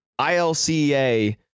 ILCA